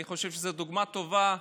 אני חושב שזו דוגמה טובה.